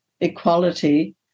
equality